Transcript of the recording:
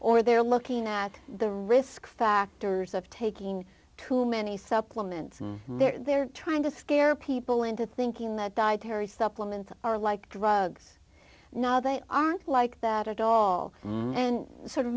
or they're looking at the risk factors of taking too many supplements and they're trying to scare people into thinking that dietary supplements are like drugs now they aren't like that at all and sort of